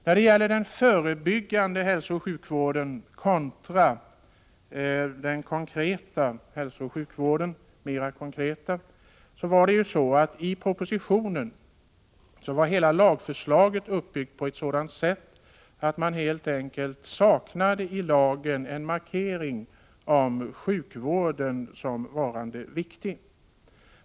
När det gäller den förebyggande hälsooch sjukvården kontra den mera konkreta hälsooch sjukvården var hela lagförslaget i propositionen uppbyggt på ett sådant sätt att det i lagen helt enkelt saknades en markering om sjukvården som varande viktig.